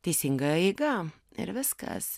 teisinga eiga ir viskas